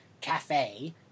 cafe